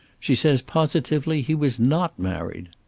she says positively he was not married.